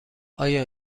آیا